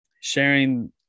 sharing